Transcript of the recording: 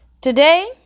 Today